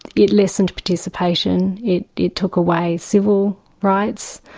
it lessened participation, it it took away civil rights,